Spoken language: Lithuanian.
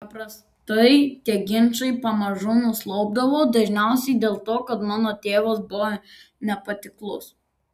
paprastai tie ginčai pamažu nuslopdavo dažniausiai dėl to kad mano tėvas buvo nepatiklus